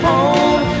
Home